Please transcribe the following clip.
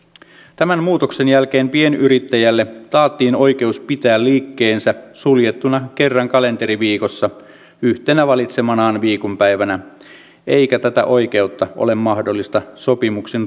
tämän muutoksen jälkeen pienyrittäjälle taattiin oikeus pitää liikkeensä suljettuna kerran kalenteriviikossa yhtenä valitsemanaan viikonpäivänä eikä tätä oikeutta ole mahdollista sopimuksin rajoittaa